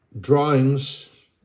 drawings